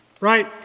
right